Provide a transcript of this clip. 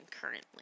currently